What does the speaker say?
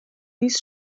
these